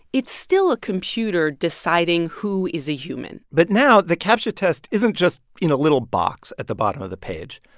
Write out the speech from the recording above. it's still a computer deciding who is a human but now the captcha test isn't just in a little box at the bottom of the page.